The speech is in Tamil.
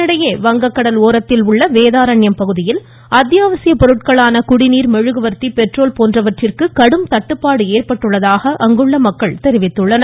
இதனிடையே வங்கக்கடல் ஒரத்தில் உள்ள வேதாரண்யம் பகுதி அத்தியாவசிய பொருட்களான குடிநீர் மெழுகுவர்த்தி பெட்ரோல் போன்றவைக்கு கடுமையான தட்டுப்பாடு ஏற்பட்டுள்ளதாக அங்குள்ள மக்கள் தெரிவித்துள்ளனர்